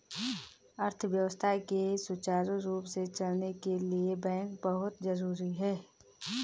अर्थव्यवस्था के सुचारु रूप से चलने के लिए बैंक बहुत जरुरी हैं